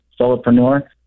solopreneur